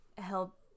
help